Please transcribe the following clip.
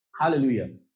Hallelujah